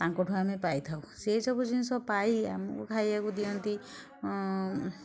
ତାଙ୍କଠୁ ଆମେ ପାଇଥାଉ ସେସବୁ ଜିନିଷ ପାଇ ଆମକୁ ଖାଇବାକୁ ଦିଅନ୍ତି